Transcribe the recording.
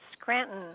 Scranton